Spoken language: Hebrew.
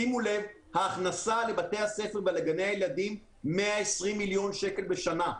שימו לב שההכנסה לבתי הספר ולגני הילדים היא 120 מיליון שקל בשנה.